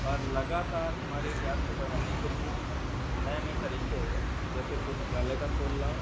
और लगातार हमारे ज्ञान को बढ़ाने के लिए नए नए तरीके जैसे पुस्तकालय का खोलना